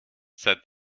said